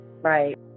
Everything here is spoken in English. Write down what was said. Right